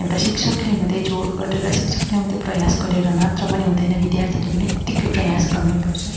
एउटा शिक्षकले मात्रै जोड गरेर शिक्षकले मात्रै प्रयास गरेर मात्र पनि हुँदैन विद्यार्थीले पनि उत्तिकै प्रयास गर्नै पर्छ